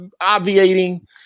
obviating